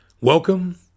Welcome